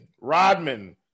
rodman